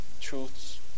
truths